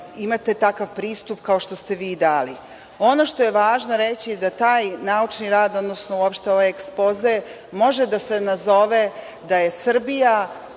imate takav pristup kao što ste vi dali. Ono što je važno reći je da taj naučni rad, odnosno uopšte ovaj Ekspoze, može da se nazove da je Srbija